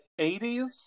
80s